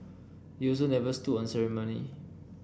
he also never stood on ceremony